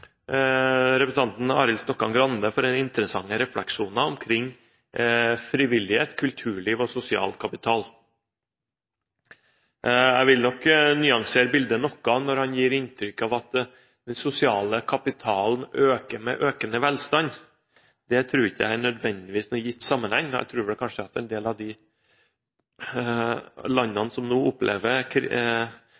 representanten Arild Stokkan-Grande for den interessante refleksjonen omkring frivillighet, kulturliv og sosial kapital. Jeg vil nok nyansere bildet noe når han gir inntrykk av at den sosiale kapitalen øker med økende velstand. Det tror jeg ikke nødvendigvis er noen gitt sammenheng. Jeg tror vel kanskje at en del av de